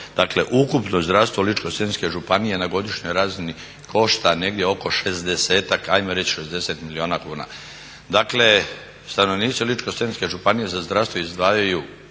dakle ukupno zdravstvo Ličko-senjske županije na godišnjoj razini košta negdje oko 60-ak, ajmo reći 60 milijuna kuna. Dakle, stanovnici Ličko-senjske županije za zdravstvo izdvajaju